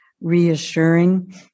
reassuring